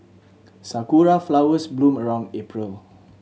sakura flowers bloom around April